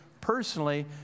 Personally